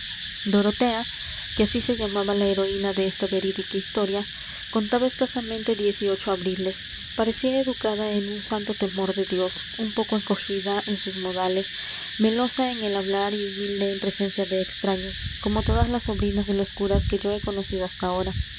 dorotea que así se llamaba la heroína de esta verídica historia contaba escasamente dieciocho abriles parecía educada en un santo temor de dios un poco encogida en sus modales melosa en el hablar y humilde en presencia de extraños como todas las sobrinas de los curas que yo he conocido hasta ahora